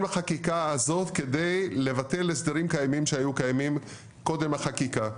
בחקיקה הזאת כדי לבטל הסדרים קיימים שהיו קיימים קודם החקיקה,